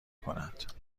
کند